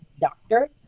doctors